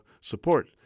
support